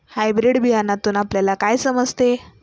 Hybrid बियाण्यातून आपल्याला काय समजते?